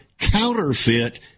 counterfeit